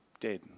dead